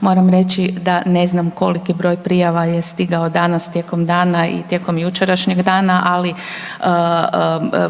Moram reći da ne znam koliki broj prijava je stigao danas tijekom dana i tijekom jučerašnjeg dana, ali